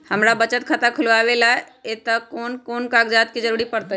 हमरा बचत खाता खुलावेला है त ए में कौन कौन कागजात के जरूरी परतई?